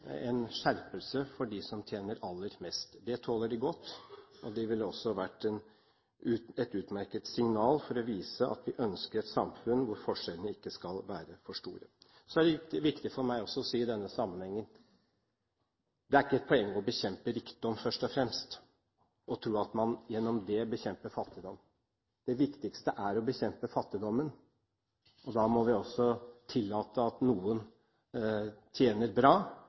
skjerpelse for dem som tjener aller mest. Det tåler de godt, og det er et utmerket signal for å vise at vi ønsker et samfunn hvor forskjellene ikke skal være for store. Det er viktig for meg å si i denne sammenhengen: Det er ikke et poeng å bekjempe rikdom, først og fremst, og tro at man gjennom det bekjemper fattigdom. Det viktige er å bekjempe fattigdommen. Da må vi tillate at noen tjener bra,